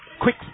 quick